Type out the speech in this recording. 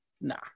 Nah